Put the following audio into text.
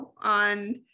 on